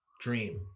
Dream